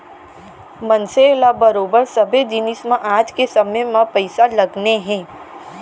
मनसे ल बरोबर सबे जिनिस म आज के समे म पइसा लगने हे